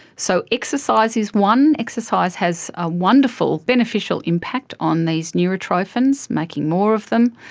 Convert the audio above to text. so exercise is one. exercise has a wonderful beneficial impact on these neurotrophins, making more of them.